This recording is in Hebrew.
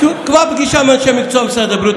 קבע פגישה עם אנשי מקצוע במשרד הבריאות,